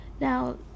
Now